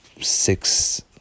six